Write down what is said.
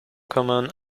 common